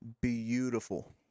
Beautiful